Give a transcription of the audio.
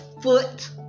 foot